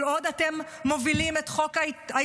כל עוד אתם מובילים את חוק ההשתמטות,